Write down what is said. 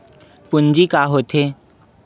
पूंजी का होथे?